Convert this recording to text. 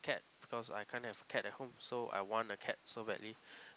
cat because I can't have cat at home so I want a cat so badly